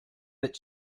its